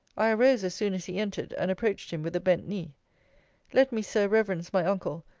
i arose, as soon as he entered and approached him with a bend knee let me, sir, reverence my uncle,